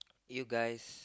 you guys